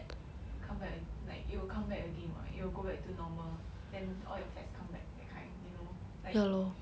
come back like it will come back again what it will go back to normal then all your fats come back that kind you know like